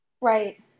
Right